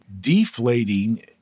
deflating